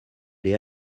l’ai